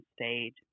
stage